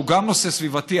שהוא גם נושא סביבתי,